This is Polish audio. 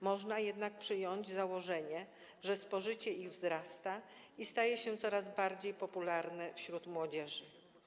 Można jednak przyjąć założenie, że spożycie ich wzrasta i staje się coraz bardziej popularne wśród młodzieży.